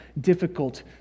difficult